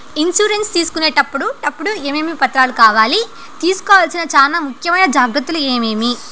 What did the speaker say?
Insurance తీసుకునేటప్పుడు టప్పుడు ఏమేమి పత్రాలు కావాలి? తీసుకోవాల్సిన చానా ముఖ్యమైన జాగ్రత్తలు ఏమేమి?